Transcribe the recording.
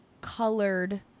colored